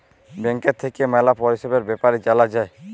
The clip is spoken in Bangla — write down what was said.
ব্যাংকের থাক্যে ম্যালা পরিষেবার বেপার জালা যায়